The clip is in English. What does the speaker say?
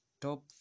top